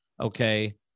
Okay